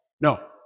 No